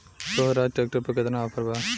सोहराज tractor पर केतना offer बा?